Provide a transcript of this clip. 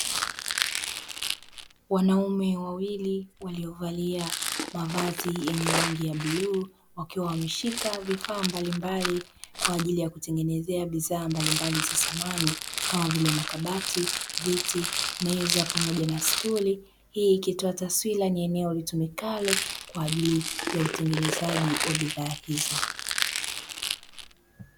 Wanaume wawili walio valia mavazi yenye rangi ya bluu, wakiwa wameshika vifaa mbalimbali kwa ajili ya kutengenezea bidhaa mbalimbali za samani kama vile makabati, viti, meza pamoja na stuli, ili kutoa taswira kuwa eneo litumikalo kwa ajili ya bidhaa hizo.